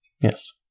Yes